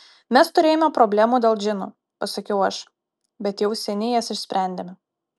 mes turėjome problemų dėl džinų pasakiau aš bet jau seniai jas išsprendėme